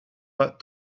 pas